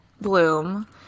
bloom